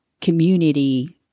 community